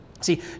See